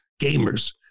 gamers